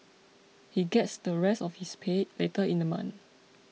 he gets the rest of his pay later in the month